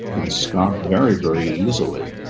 and scott very, very easily.